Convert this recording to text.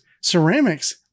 ceramics